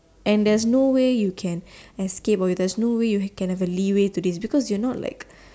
and there's no way you can escape or is there's no way you can have a Leeway to this because it's not like